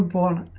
on